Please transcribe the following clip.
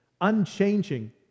unchanging